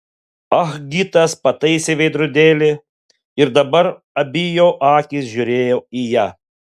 ah gitas pataisė veidrodėlį ir dabar abi jo akys žiūrėjo į ją